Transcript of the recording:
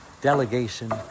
delegation